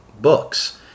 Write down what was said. books